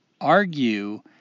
argue